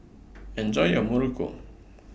Enjoy your Muruku